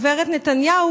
הגברת נתניהו,